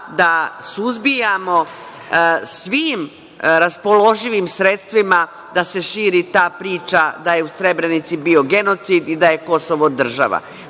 da suzbijamo svim raspoloživim sredstvima da se širi ta priča da je u Srebrenici bio genocid i da je Kosovo država.